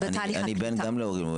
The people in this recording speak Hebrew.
גם אני בן לעולים,